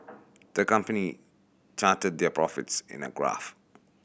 the company charted their profits in a graph